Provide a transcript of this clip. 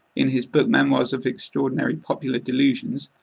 in his book memoirs of extraordinary popular delusions,